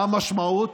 מה המשמעות?